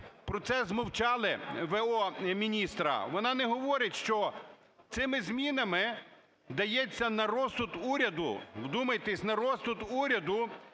Про це змовчали в.о.міністра. Вона не говорить, що цими змінами дається на розсуд уряду – вдумайтесь! – на розсуд уряду